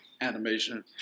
animation